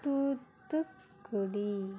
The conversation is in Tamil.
தூத்துக்குடி